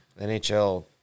NHL